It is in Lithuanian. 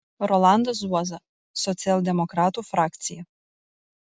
rolandas zuoza socialdemokratų frakcija